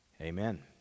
Amen